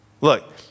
Look